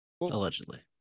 Allegedly